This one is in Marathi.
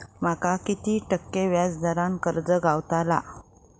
माका किती टक्के व्याज दरान कर्ज गावतला?